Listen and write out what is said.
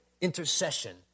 intercession